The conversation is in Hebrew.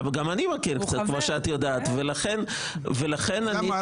כמו שאת יודעת גם אני קצת מכיר.